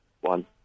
One